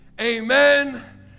amen